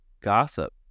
gossip